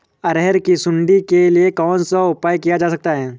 अरहर की सुंडी के लिए कौन सा उपाय किया जा सकता है?